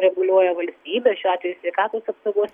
reguliuoja valstybė šiuo atveju sveikatos apsaugos